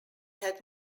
had